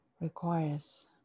requires